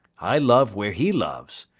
i love where he loves,